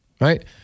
Right